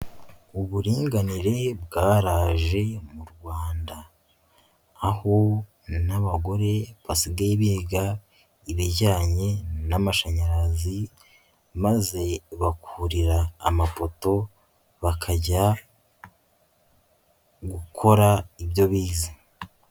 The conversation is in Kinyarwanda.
Uburinganire bwaraje mu Rwanda. Aho n'abagore basigaye biga ibijyanye n'amashanyarazi, maze bakurira amapoto, bakajya gukora ibyo bize.